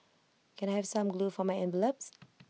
can I have some glue for my envelopes